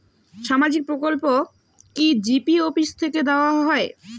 সামাজিক প্রকল্প কি জি.পি অফিস থেকে দেওয়া হয়?